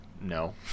No